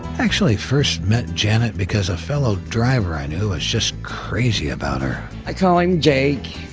actually first met janet because a fellow driver i knew was just crazy about her. i call him jake.